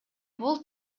бул